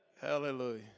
Hallelujah